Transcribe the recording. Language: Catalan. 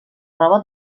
roba